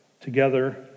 Together